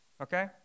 okay